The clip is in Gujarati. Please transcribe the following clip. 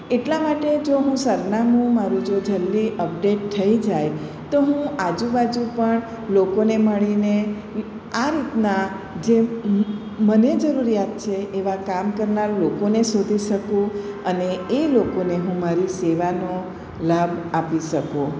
એટલા માટે જો હું સરનામું મારું જો જલ્દી અપડેટ થઈ જાય તો હું આજુબાજુ પણ લોકોને મળીને આના જે મને જરૂરિયાત છે એવા કામ કરનાર લોકોને શોધી શકું અને એ લોકોને હું મારી સેવાનો લાભ આપી શકું